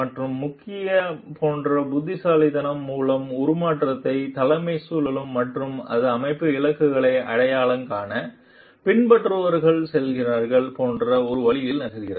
மற்றும் முக்கிய போன்ற புத்திசாலித்தனம் மூலம் உருமாற்றத் தலைமை சுழலும் மற்றும் அது அமைப்பு இலக்குகளை அடையாளம் காண பின்பற்றுபவர்கள் சொல்கிறது போன்ற ஒரு வழியில் நகர்கிறது